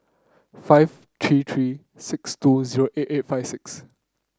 five three three six two zero eight eight five six